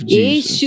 Jesus